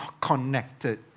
connected